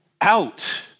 out